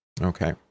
okay